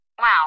Wow